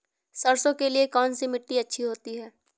सरसो के लिए कौन सी मिट्टी अच्छी होती है?